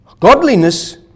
Godliness